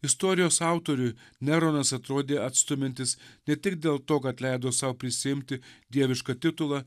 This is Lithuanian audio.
istorijos autoriui neronas atrodė atstumiantis ne tik dėl to kad leido sau prisiimti dievišką titulą